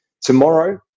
tomorrow